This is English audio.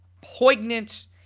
poignant